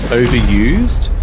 overused